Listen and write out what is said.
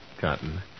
Cotton